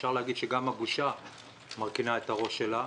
אפשר להגיד שגם הבושה מרכינה את הראש שלה,